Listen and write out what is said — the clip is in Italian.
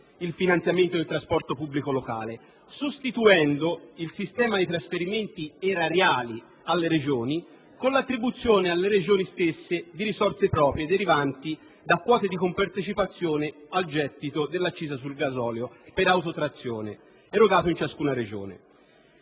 il finanziamento del trasporto pubblico locale sostituendo il sistema di trasferimenti erariali alle Regioni con l'attribuzione alle stesse di risorse proprie derivanti da quote di compartecipazione al gettito dell'accisa sul gasolio per autotrazione erogato in ciascuna Regione.